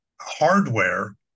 hardware